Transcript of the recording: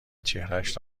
چهرهاش